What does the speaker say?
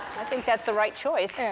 i think that's the right choice.